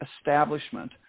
establishment